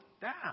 down